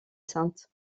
sainte